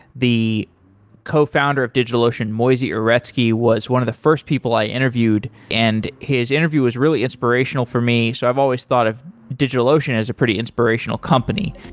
the cofounder of digitalocean, moisey uretsky, was one of the first people i interviewed, and his interview was really inspirational for me. so i've always thought of digitalocean as a pretty inspirational company.